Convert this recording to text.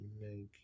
Make